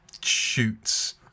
shoots